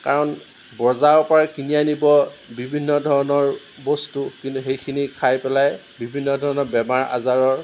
কাৰণ বজাৰৰ পৰাই কিনি আনিব বিভিন্ন ধৰণৰ বস্তু কিন্তু সেইখিনি খাই পেলাই বিভিন্ন ধৰণৰ বেমাৰ আজাৰৰ